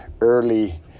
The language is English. early